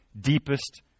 deepest